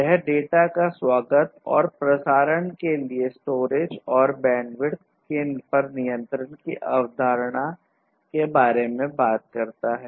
यह डेटा का स्वागत और प्रसारण के लिये स्टोरेज और बैंडविड्थ पर नियंत्रण की अवधारणा के बारे में बात करता है